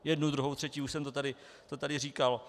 Jednu, druhou, třetí, už jsem to tady říkal.